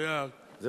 הראייה, אוקיי.